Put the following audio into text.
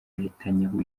netanyahu